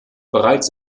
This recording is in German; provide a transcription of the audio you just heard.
bereits